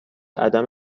عدم